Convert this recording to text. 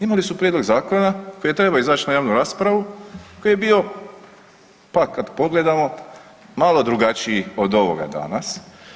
Imali su prijedlog zakona koji je trebao izaći na javnu raspravu koji je bio, pa, kad pogledamo, malo drugačiji od ovoga danas.